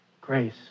grace